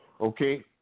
Okay